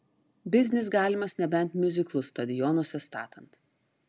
biznis galimas nebent miuziklus stadionuose statant